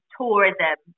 tourism